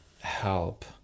help